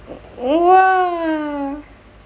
!wah!